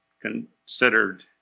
considered